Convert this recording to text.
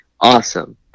Awesome